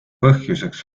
põhjuseks